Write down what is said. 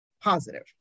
positive